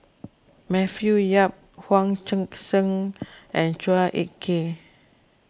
Matthew Yap Hong Sek Chern and Chua Ek Kay